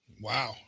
Wow